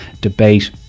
debate